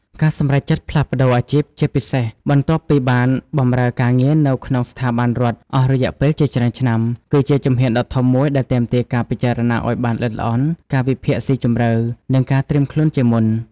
ការសម្រេចចិត្តផ្លាស់ប្តូរអាជីព ជាពិសេសបន្ទាប់ពីបានបម្រើការងារនៅក្នុងស្ថាប័នរដ្ឋអស់រយៈពេលជាច្រើនឆ្នាំ គឺជាជំហានដ៏ធំមួយដែលទាមទារការពិចារណាឱ្យបានល្អិតល្អន់ ការវិភាគស៊ីជម្រៅ និងការត្រៀមខ្លួនជាមុន។